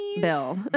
Bill